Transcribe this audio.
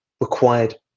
required